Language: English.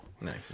Nice